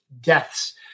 deaths